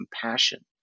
compassion